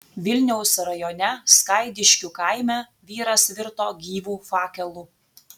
vilniaus rajone skaidiškių kaime vyras virto gyvu fakelu